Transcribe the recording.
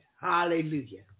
Hallelujah